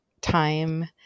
time